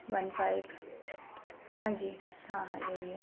one five हाँ जी हाँ हाँ यही है